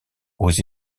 aux